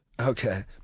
Okay